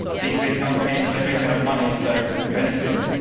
these big companies, they make enough money, so if anything,